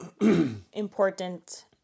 important